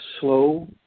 slow